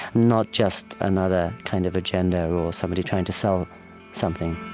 not just another kind of agenda or somebody trying to sell something